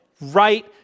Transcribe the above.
right